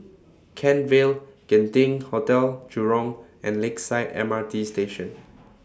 Kent Vale Genting Hotel Jurong and Lakeside M R T Station